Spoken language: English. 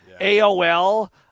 AOL